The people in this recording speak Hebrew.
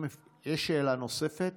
אם יש שאלה נוספת